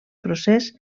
procés